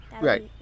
right